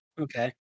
Okay